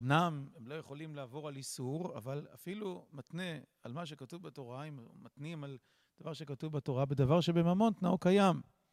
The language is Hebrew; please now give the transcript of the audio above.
אמנם הם לא יכולים לעבור על איסור, אבל אפילו מתנה על מה שכתוב בתורה, אם מתנים על דבר שכתוב בתורה בדבר שבממון תנאו קיים.